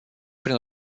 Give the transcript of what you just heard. prin